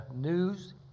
news